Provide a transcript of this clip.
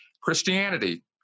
Christianity